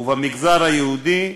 במגזר היהודי,